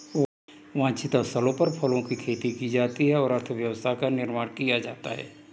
वांछित स्थलों पर फलों की खेती की जाती है और अर्थव्यवस्था का निर्माण किया जाता है